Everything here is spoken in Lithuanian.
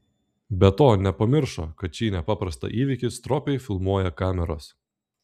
be to nepamiršo kad šį nepaprastą įvykį stropiai filmuoja kameros